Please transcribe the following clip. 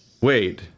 wait